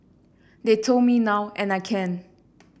they told me now and I can